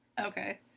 Okay